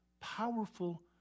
Powerful